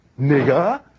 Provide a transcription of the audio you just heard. nigga